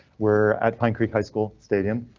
we're at pine creek high school stadium.